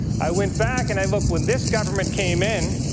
i went back and i looked. when this government came in,